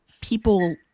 people